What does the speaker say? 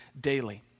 daily